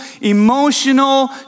emotional